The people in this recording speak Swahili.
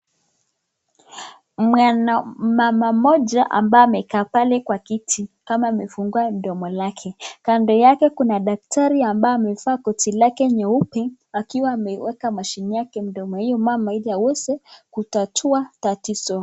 Mwana mama moja ambaye amekaa pale kwa kiti kama amefungua domo yake kando lake kuna daktari ambaye amevaa koti lake nyeupe akiwa ameweka machine yake kwenye mdomo ya huyo mama ili aweze kutatua tatizo.